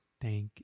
Thank